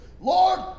Lord